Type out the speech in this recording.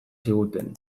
ziguten